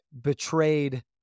betrayed